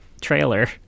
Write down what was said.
trailer